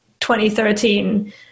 2013